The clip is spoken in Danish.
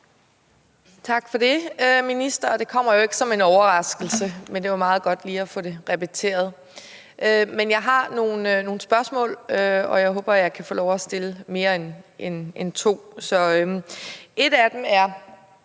Tak for det. Det kommer jo ikke som en overraskelse, vil jeg sige til ministeren, men det var meget godt lige at få det repeteret. Men jeg har nogle spørgsmål, og jeg håber, at jeg kan få lov til at stille mere end to. Et af dem